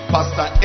Pastor